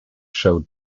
show